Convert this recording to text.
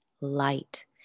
light